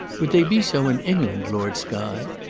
would they be so in england, lord skye?